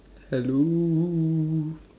hello